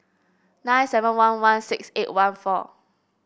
nine seven one one six eight one four